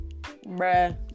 bruh